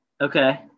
Okay